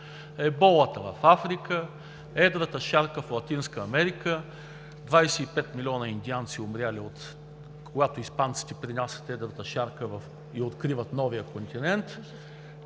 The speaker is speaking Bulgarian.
еболата в Африка, едрата шарка в Латинска Америка, 25 милиона индианци умрели, когато испанците пренасят едрата шарка и откриват новия континент.